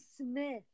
Smith